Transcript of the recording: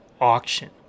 auction